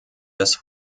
des